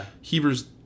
Hebrews